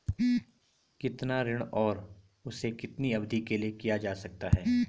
कितना ऋण और उसे कितनी अवधि के लिए लिया जा सकता है?